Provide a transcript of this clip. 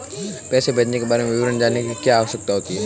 पैसे भेजने के बारे में विवरण जानने की क्या आवश्यकता होती है?